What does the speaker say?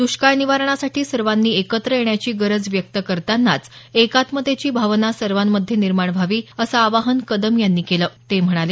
दष्काळ निवारणासाठी सर्वांनी एकत्र येण्याची गरज व्यक्त करतानाच एकात्मतेची भावना सर्वांमध्ये निर्माण व्हावी असं आवाहन कदम यांनी केलं ते म्हणाले